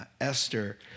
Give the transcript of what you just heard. Esther